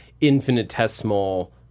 infinitesimal